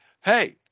Hey